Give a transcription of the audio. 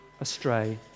astray